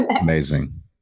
Amazing